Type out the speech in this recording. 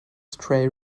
stray